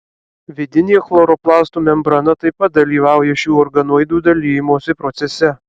vidinė chloroplastų membrana taip pat dalyvauja šių organoidų dalijimosi procese